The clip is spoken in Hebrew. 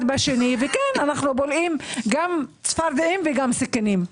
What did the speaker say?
בשני וכאן אנחנו בולעים גם צפרדעים וגם סכינים.